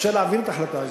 אפשר להעביר את ההחלטה הזאת.